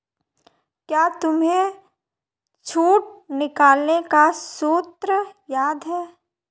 क्या तुम्हें छूट निकालने का सूत्र याद है?